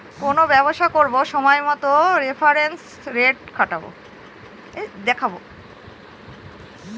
কোনো ব্যবসা করবো সময় মতো রেফারেন্স রেট দেখাবো